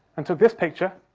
and took this picture.